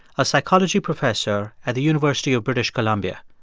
a psychology professor at the university of british columbia.